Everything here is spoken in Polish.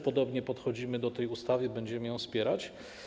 Podobnie podchodzimy do tej ustawy i będziemy ją wspierać.